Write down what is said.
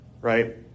right